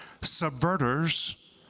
subverters